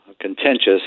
contentious